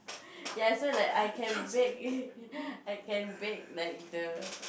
ya so like I can bake I can bake like the